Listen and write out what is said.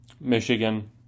Michigan